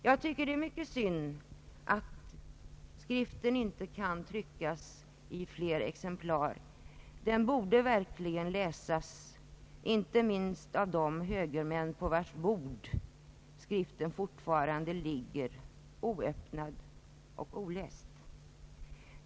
Jag tycker det är mycket synd, att skriften inte har tryckts i fler exemplar. Den borde verkligen läsas, inte minst av de högermän, på vilkas bord skriften fortfarande ligger oöppnad och oläst.